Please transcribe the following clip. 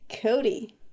Cody